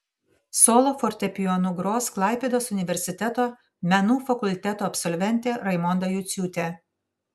solo fortepijonu gros klaipėdos universiteto menų fakulteto absolventė raimonda juciūtė